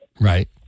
Right